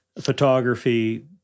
photography